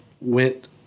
went